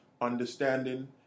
Understanding